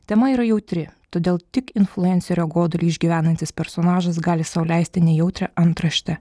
tema yra jautri todėl tik influencerio godulį išgyvenantis personažas gali sau leisti nejautrią antraštę